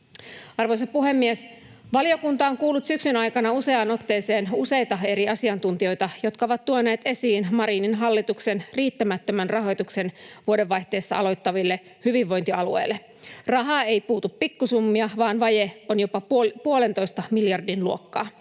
Arvoisa puhemies! Valiokunta on kuullut syksyn aikana useaan otteeseen useita eri asiantuntijoita, jotka ovat tuoneet esiin Marinin hallituksen riittämättömän rahoituksen vuodenvaihteessa aloittaville hyvinvointialueille. Rahaa ei puutu pikkusummia, vaan vaje on jopa puolentoista miljardin luokkaa